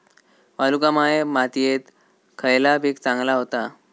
वालुकामय मातयेत खयला पीक चांगला होता?